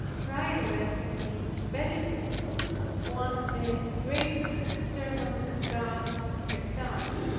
prioress of the benedictines, one of the greatest servants of god of her time.